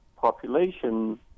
population